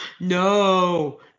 No